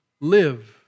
live